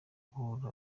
kubohora